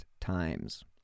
times